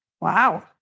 Wow